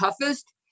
toughest